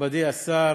מכובדי השר,